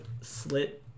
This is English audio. slit